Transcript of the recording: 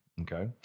Okay